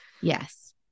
Yes